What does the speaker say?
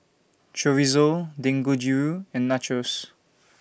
Chorizo Dangojiru and Nachos